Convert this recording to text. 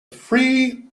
three